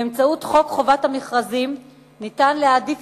באמצעות חוק חובת המכרזים אפשר להעדיף